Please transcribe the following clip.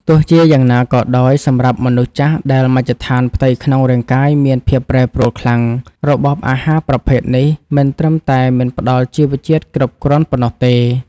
ទោះជាយ៉ាងណាក៏ដោយ សម្រាប់មនុស្សចាស់ដែលមជ្ឈដ្ឋានផ្ទៃក្នុងរាងកាយមានភាពប្រែប្រួលខ្លាំង របបអាហារប្រភេទនេះមិនត្រឹមតែមិនផ្តល់ជីវជាតិគ្រប់គ្រាន់ប៉ុណ្ណោះទេ។